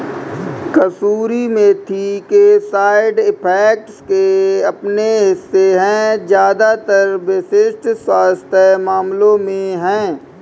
कसूरी मेथी के side effects के अपने हिस्से है ज्यादातर विशिष्ट स्वास्थ्य मामलों में है